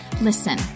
Listen